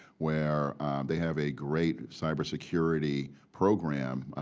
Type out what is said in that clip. where they have a great cybersecurity program,